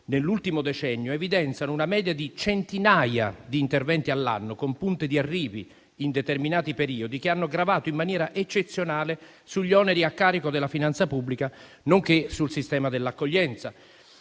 nell'ultimo decennio evidenziano una media di centinaia di interventi all'anno, con punte di arrivi, in determinati periodi, che hanno gravato in maniera eccezionale sugli oneri a carico della finanza pubblica, nonché sul sistema dell'accoglienza.